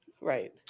right